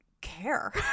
care